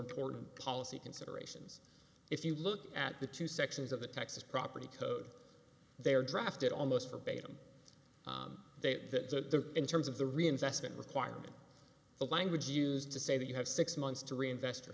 important policy considerations if you look at the two sections of the texas property code they are drafted almost verbatim the in terms of the reinvestment requirement the language used to say that you have six months to reinvest